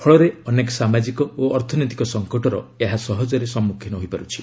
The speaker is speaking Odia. ଫଳରେ ଅନେକ ସାମାଜିକ ଓ ଅର୍ଥନୈତିକ ସଙ୍କଟର ଏହା ସହଜରେ ସମ୍ମୁଖୀନ ହୋଇପାରୁଛି